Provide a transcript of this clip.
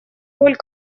роль